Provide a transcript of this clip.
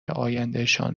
آیندهشان